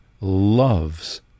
loves